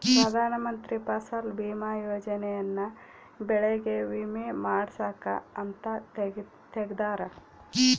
ಪ್ರಧಾನ ಮಂತ್ರಿ ಫಸಲ್ ಬಿಮಾ ಯೋಜನೆ ಯನ್ನ ಬೆಳೆಗೆ ವಿಮೆ ಮಾಡ್ಸಾಕ್ ಅಂತ ತೆಗ್ದಾರ